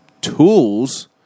tools